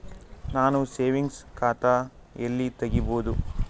ನಾನು ಸೇವಿಂಗ್ಸ್ ಖಾತಾ ಎಲ್ಲಿ ತಗಿಬೋದು?